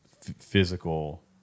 physical